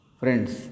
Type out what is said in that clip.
friends